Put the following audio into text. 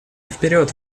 вперед